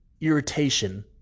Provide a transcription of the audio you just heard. irritation